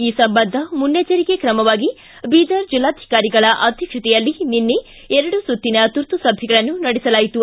ಈ ಸಂಬಂಧ ಮುನ್ನೆಜ್ಜರಿಕೆ ಕ್ರಮವಾಗಿ ಬೀದರ್ ಜಿಲ್ಲಾಧಿಕಾರಿಗಳ ಅಧ್ಯಕ್ಷತೆಯಲ್ಲಿ ನಿನ್ನೆ ಎರಡು ಸುತ್ತಿನ ತುರ್ತು ಸಭೆಗಳನ್ನು ನಡೆಸಲಾಯಿತು